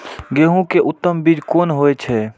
गेंहू के उत्तम बीज कोन होय छे?